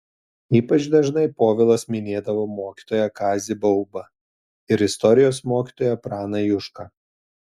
ypač dažnai povilas minėdavo mokytoją kazį baubą ir istorijos mokytoją praną jušką